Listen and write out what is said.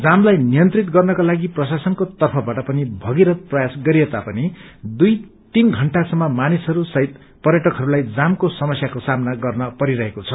जामलाई नियन्त्रित गर्नका लागि प्रशासनको तर्फबाट पनि भगीरथ प्रयास गरिए तापनि दुइ तीन घण्टासम्म मानिसहरू सहित पर्यटकहरूलाई जामको समस्याको सामना गर्न परिरहेको छ